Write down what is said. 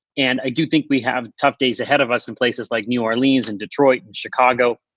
and i do think we have tough days ahead of us in places like new orleans and detroit and chicago.